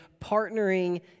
partnering